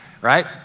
right